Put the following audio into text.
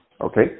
okay